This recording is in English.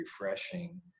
refreshing